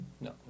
no